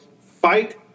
fight